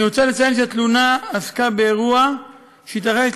אני רוצה לציין שהתלונה עסקה באירוע שהתרחש